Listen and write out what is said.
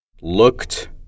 Looked